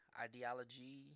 ideology